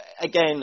again